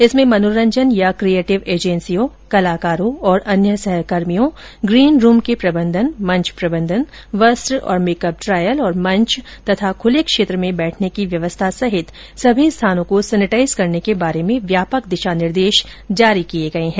इसमें मर्नोरंजन या क्रिएटिव एजेंसियों कलाकारों और अन्य सहकर्मियों ग्रीन रूम के प्रबंधन मंच प्रबंधन वस्त्र और मेकअप ट्रायल तथा मंच और खुले क्षेत्र में बैठने की व्यवस्था सहित सभी स्थानों को सेनेटाइज करने के बारे में व्यापक दिशा निर्देश जारी किए गए हैं